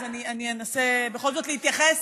אז אנסה בכל זאת להתייחס